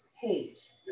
hate